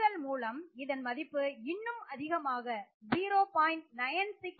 தூண்டுதல் மூலம் இதன் மதிப்பு இன்னும் அதிகமாக 0